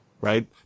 right